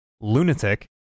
lunatic